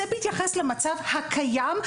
זה בהתייחס למצב הקיים,